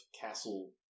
castle